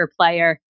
player